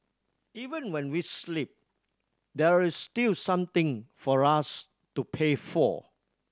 even when we sleep there is still something for us to pay for